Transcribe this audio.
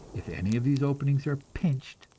if any of these openings are pinched,